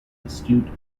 astute